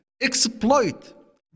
exploit